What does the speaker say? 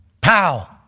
Pow